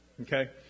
Okay